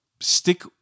stick